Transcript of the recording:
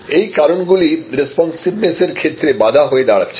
এই কারণগুলি রেস্পন্সিভনেসের এর ক্ষেত্রে বাধা হয়ে দাঁড়াচ্ছে